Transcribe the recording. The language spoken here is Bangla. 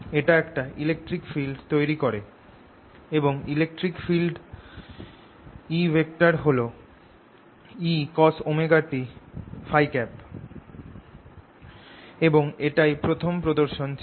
এটা একটা ইলেকট্রিক ফিল্ড তৈরি করে এবং ইলেকট্রিক ফিল্ড E হল Ecosωt Փ এবং এটাই প্রথম প্রদর্শন ছিল